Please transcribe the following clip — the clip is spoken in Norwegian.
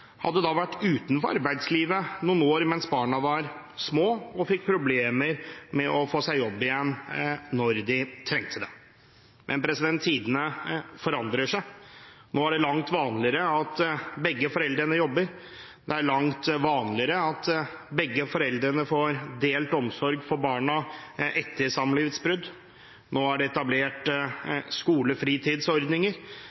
hadde vært utenfor arbeidslivet noen år mens barna var små, og at de fikk problemer med å få seg jobb igjen når de trengte det. Men tidene forandrer seg. Nå er det langt vanligere at begge foreldrene jobber. Det er langt vanligere at begge foreldrene får delt omsorg for barna etter samlivsbrudd. Nå er det etablert skolefritidsordninger.